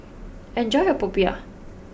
enjoy your Popiah